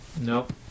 Nope